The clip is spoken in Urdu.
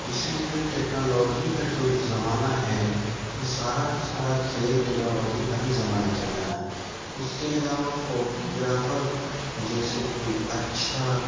اسی لیے ٹیکنالوجی کا جو زمانہ ہیں یہ سارا کا سارا کھیل ٹیکنالوجی کا ہی زمانہ چل رہا ہے اس کے علاوہ فوٹو گرافر جیسے کوئی اچھا